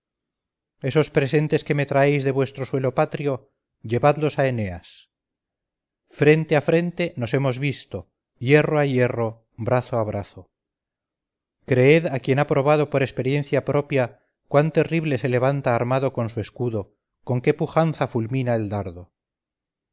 esos presentes que me traéis de vuestro suelo patrio llevadlos a eneas frente a frente nos hemos visto hierro a hierro brazo a brazo creed a quien ha probado por experiencia propia cuán terrible se levanta armado con su escudo con qué pujanza fulmina el dardo